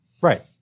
right